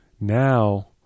now